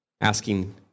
asking